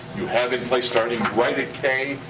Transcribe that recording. you have in place, starting right in k,